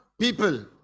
people